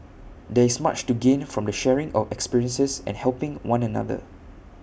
there is much to gain from the sharing of experiences and helping one another